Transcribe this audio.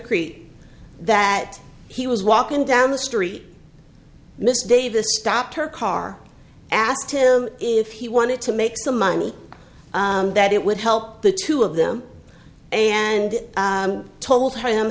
create that he was walking down the street miss davis stopped her car asked him if he wanted to make some money that it would help the two of them and told him